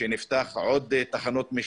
זה ארגון שאנחנו לא פוגשים בו אפליה ואין גזענות.